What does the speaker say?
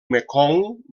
mekong